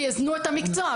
כי הזנו את המקצוע.